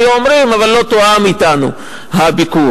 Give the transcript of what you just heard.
והיו אומרים: אבל לא תואם אתנו הביקור,